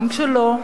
גם כשלא,